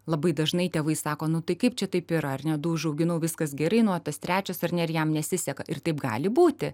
labai dažnai tėvai sako nu tai kaip čia taip yra ar ne du užauginau viskas gerai nu o tas trečias ar ne ir jam nesiseka ir taip gali būti